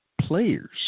players